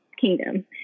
kingdom